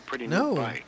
No